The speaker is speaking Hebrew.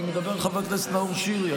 אני מדבר על חבר הכנסת נאור שירי.